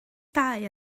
dau